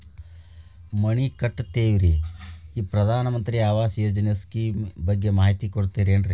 ಮನಿ ಕಟ್ಟಕತೇವಿ ರಿ ಈ ಪ್ರಧಾನ ಮಂತ್ರಿ ಆವಾಸ್ ಯೋಜನೆ ಸ್ಕೇಮ್ ಬಗ್ಗೆ ಮಾಹಿತಿ ಕೊಡ್ತೇರೆನ್ರಿ?